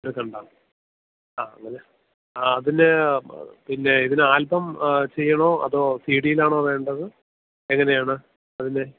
എടുക്കണ്ട ആ അങ്ങനെയാണ് ആ അതിന് പിന്നെ ഇതിന് ആൽബം ചെയ്യണോ അതോ സീ ഡീലാണോ വേണ്ടത് എങ്ങനെയാണ് അതിൻ്റെ